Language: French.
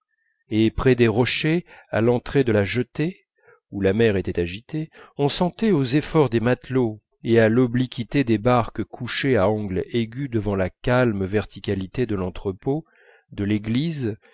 et près des rochers à l'entrée de la jetée où la mer était agitée on sentait aux efforts des matelots et à l'obliquité des barques couchées en angle aigu devant la calme verticalité de l'entrepôt de l'église